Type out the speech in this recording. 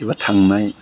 एबा थांनाय